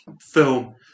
film